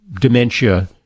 dementia